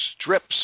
strips